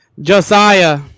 josiah